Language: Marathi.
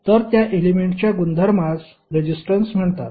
तर त्या एलेमेंट्सच्या गुणधर्मास रेजिस्टन्स म्हणतात